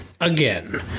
again